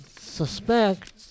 suspect